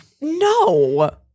No